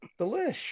Delish